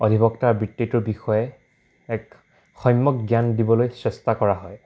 অধিবক্তা বৃত্তিটোৰ বিষয়ে এক সম্যক জ্ঞান দিবলৈ চেষ্টা কৰা হয়